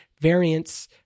variants